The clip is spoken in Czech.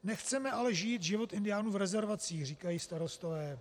Nechceme ale žít život indiánů v rezervacích, říkají starostové.